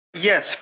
Yes